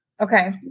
Okay